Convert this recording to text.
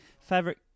Favorite